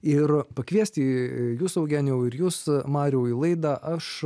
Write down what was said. ir pakviesti jus eugenijau ir jus mariau į laidą aš